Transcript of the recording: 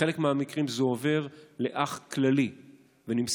בחלק מהמקרים זה עובר לאח כללי ונמסר,